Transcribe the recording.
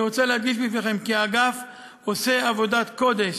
אני רוצה להדגיש בפניכם כי האגף עושה עבודת קודש,